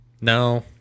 No